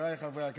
חבריי חברי הכנסת,